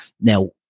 now